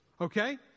Okay